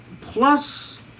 Plus